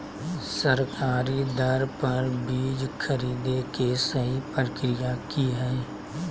सरकारी दर पर बीज खरीदें के सही प्रक्रिया की हय?